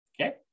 Okay